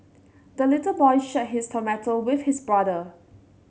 the little boy shared his tomato with his brother